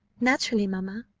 naturally, mamma.